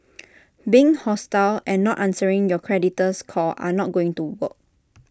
being hostile and not answering your creditor's call are not going to work